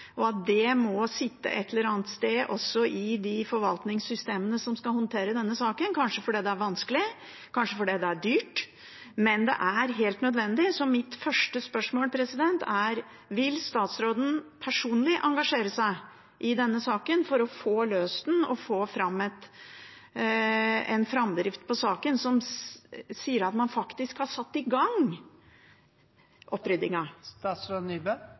og at det må sitte et eller annet sted, også i de forvaltningssystemene som skal håndtere denne saken, kanskje fordi det er vanskelig, kanskje fordi det er dyrt. Men det er helt nødvendig. Mitt første spørsmål er: Vil statsråden personlig engasjere seg i denne saken for å få løst den og få en framdrift som tilsier at man faktisk har satt i gang